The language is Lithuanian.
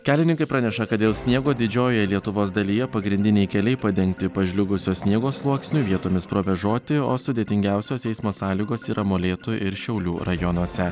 kelininkai praneša kad dėl sniego didžiojoje lietuvos dalyje pagrindiniai keliai padengti pažliugusio sniego sluoksniu vietomis provėžoti o sudėtingiausios eismo sąlygos yra molėtų ir šiaulių rajonuose